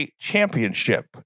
championship